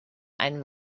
ein